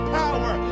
power